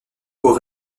aux